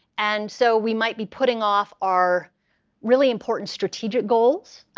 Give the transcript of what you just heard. and so we might be putting off our really important strategic goals.